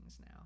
now